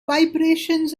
vibrations